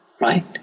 right